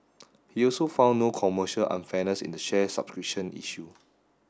he also found no commercial unfairness in the share subscription issue